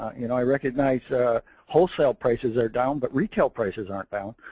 you know, i recognize wholesale prices are down but retail prices aren't down.